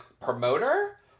promoter